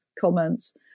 comments